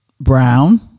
brown